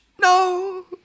No